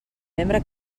membre